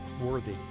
worthy